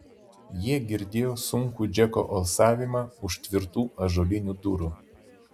jie girdėjo sunkų džeko alsavimą už tvirtų ąžuolinių durų